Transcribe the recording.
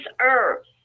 earth